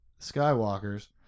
Skywalkers